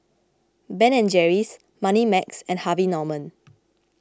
Ben and Jerry's Moneymax and Harvey Norman